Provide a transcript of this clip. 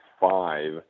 five